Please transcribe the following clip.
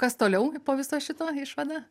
kas toliau po viso šito išvada